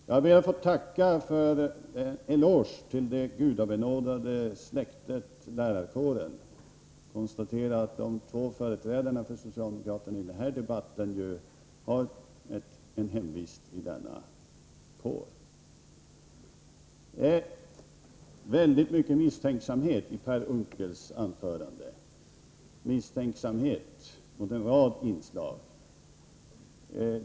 Jag ber att få tacka för den eloge till det gudabenådade släktet lärarkåren och konstaterar att de två företrädarna för socialdemokraterna i den här debatten ju har hemvist i denna kår. Det är väldigt mycket misstänksamhet i Per Unckels anförande, misstänksamhet mot en rad inslag.